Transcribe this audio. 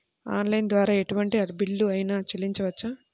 Online ద్వారా ఎటువంటి bill అయినా చెల్లించవచ్చా?